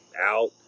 out